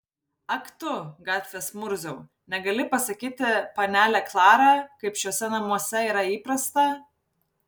ak tu gatvės murziau negali pasakyti panelę klarą kaip šiuose namuose yra įprasta